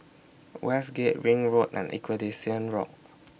Westgate Ring Road and Equest Rock